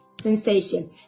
sensation